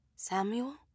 Samuel